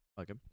Okay